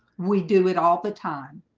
we do it all the time?